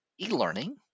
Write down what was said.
e-learning